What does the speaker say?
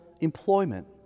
employment